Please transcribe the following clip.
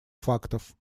фактов